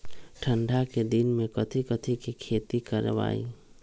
ठंडा के दिन में कथी कथी की खेती करवाई?